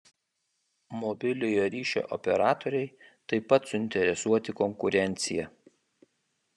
mobiliojo ryšio operatoriai taip pat suinteresuoti konkurencija